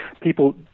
people